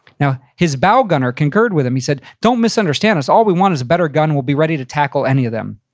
you know his bow gunner concurred with him. he said, don't misunderstand us. all we want is a better gun. we'll be ready to tackle any of them.